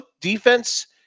defense